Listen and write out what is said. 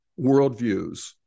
worldviews